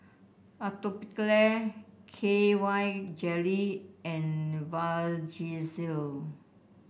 Atopiclair K Y Jelly and Vagisil